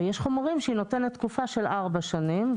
ויש חומרים שהיא נותנת להם תקופה של ארבע שנים,